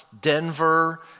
Denver